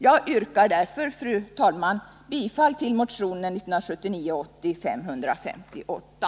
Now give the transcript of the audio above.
Jag yrkar därför, fru talman, bifall till motionen 1979/80:558.